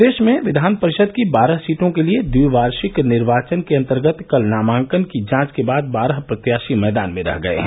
प्रदेश में विधान परिषद की बारह सीटों के लिए द्विवार्षिक निर्वाचन के अंतर्गत कल नामांकन की जांच के बाद बारह प्रत्याशी मैदान में रह गये हैं